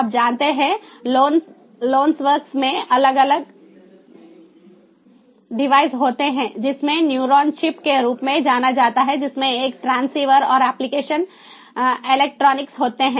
आप जानते हैं लोन्सवर्क्स में अलग अलग डिवाइस होते हैं जिसमें न्यूरॉन चिप के रूप में जाना जाता है जिसमें एक ट्रांसीवर और एप्लिकेशन इलेक्ट्रॉनिक्स होते हैं